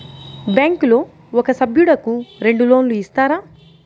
బ్యాంకులో ఒక సభ్యుడకు రెండు లోన్లు ఇస్తారా?